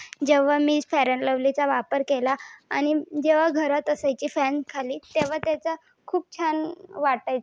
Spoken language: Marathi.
जेव्हा मी फेअर अँड लव्हलीचा वापर केला आणि जेव्हा घरात असायचे फॅनखाली तेव्हा त्याचं खूप छान वाटायचं